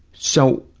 so,